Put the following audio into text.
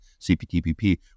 CPTPP